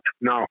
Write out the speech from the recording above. No